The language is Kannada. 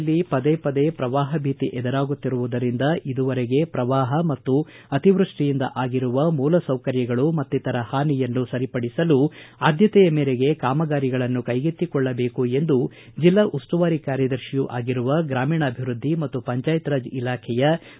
ಬೆಳಗಾವಿ ಜಿಲ್ಲೆಯಲ್ಲಿ ಪದೇ ಪದೇ ಪ್ರವಾಹ ಭೀತಿ ಎದುರಾಗುತ್ತಿರುವುದರಿಂದ ಇದುವರೆಗೆ ಪ್ರವಾಪ ಮತ್ತು ಅತಿವೃಷ್ಟಿಯಿಂದ ಆಗಿರುವ ಮೂಲ ಸೌಕರ್ಯಗಳು ಮತ್ತಿತರ ಪಾನಿಯನ್ನು ಸರಿಪಡಿಸಲು ಆದ್ಯತೆಯ ಮೇರೆಗೆ ಕಾಮಗಾರಿಗಳನ್ನು ಕೈಗೆತ್ತಿಕೊಳ್ಳಬೇಕು ಎಂದು ಜಿಲ್ಲಾ ಉಸ್ತುವಾರಿ ಕಾರ್ಯದರ್ತಿಯೂ ಅಗಿರುವ ಗ್ರಾಮೀಣಾಭಿವೃದ್ಧಿ ಮತ್ತು ಪಂಚಾಯತ್ ರಾಜ್ ಇಲಾಖೆಯ ಪ್ರಧಾನ ಕಾರ್ಯದರ್ತಿ ಎಲ್